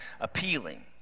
appealing